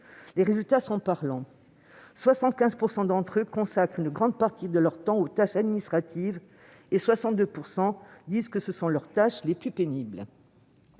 Les résultats sont parlants : quelque 75 % d'entre eux consacrent une grande partie de leur temps aux tâches administratives, et 62 % disent que ces tâches sont les plus pénibles.